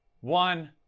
One